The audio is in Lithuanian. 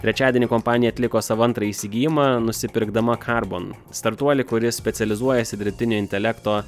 trečiadienį kompanija atliko savo antrą įsigijimą nusipirkdama karbon startuolį kuris specializuojasi dirbtinio intelekto